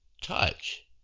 touch